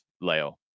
Leo